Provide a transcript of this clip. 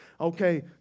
Okay